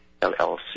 LLC